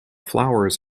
flowers